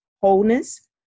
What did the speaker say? wholeness